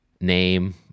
name